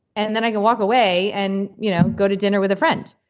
and then i can walk away and you know go to dinner with a friend.